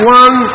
one